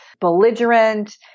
belligerent